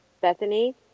Bethany